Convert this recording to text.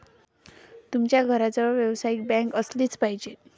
तुमच्या घराजवळ व्यावसायिक बँक असलीच पाहिजे